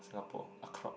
Singapore Art Club